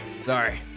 sorry